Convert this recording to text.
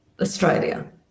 australia